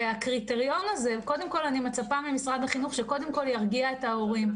קודם כל אני מצפה ממשרד החינוך שירגיע את ההורים,